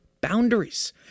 boundaries